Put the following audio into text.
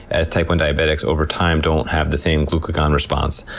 as type one diabetics, over time, don't have the same glucagon response.